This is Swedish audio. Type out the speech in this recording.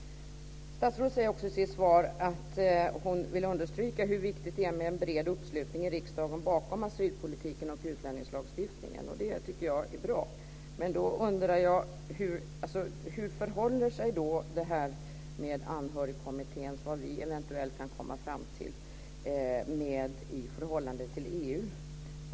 Statsrådet säger i sitt svar att hon vill understryka hur viktigt det är med en bred uppslutning i riksdagen bakom asylpolitiken och utlänningslagstiftningen. Det är bra. Hur förhåller sig vad Anhörigkommittén eventuellt kan komma fram till till EU?